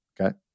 Okay